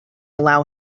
allow